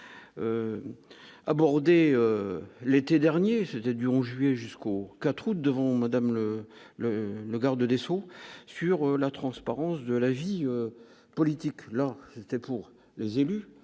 abordé l'été dernier, c'était dur, jusqu'au 4 août devant Madame le le le garde des Sceaux, sur la transparence de la vie politique, alors c'était pour les élus,